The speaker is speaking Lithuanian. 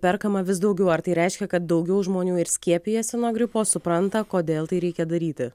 perkama vis daugiau ar tai reiškia kad daugiau žmonių ir skiepijasi nuo gripo supranta kodėl tai reikia daryti